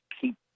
keep